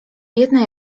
jedna